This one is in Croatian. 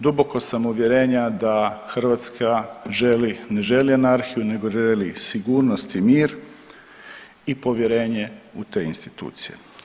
Duboko sam uvjerenja da Hrvatska želi, ne želi anarhiju nego želi sigurnost i mir i povjerenje u te institucije.